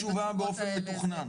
ואתה מגיע בלי תשובה באופן מתוכנן.